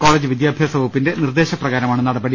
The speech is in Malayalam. കോളേജ് വിദ്യാഭ്യാ സവകുപ്പിന്റെ നിർദ്ദേശപ്രകാരമാണ് നടപടി